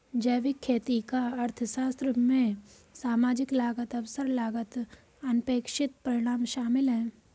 जैविक खेती का अर्थशास्त्र में सामाजिक लागत अवसर लागत अनपेक्षित परिणाम शामिल है